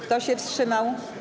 Kto się wstrzymał?